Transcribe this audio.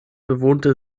bewohnte